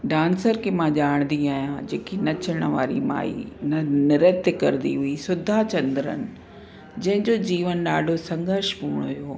dancer खे मां ॼाणदी आहियां जेकी नचण वारी माई न नृत्य करदी हुई सुधा चंद्रन जंहिंजो जीवन ॾाढो संघर्ष पूर्ण हुयो